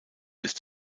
ist